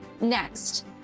Next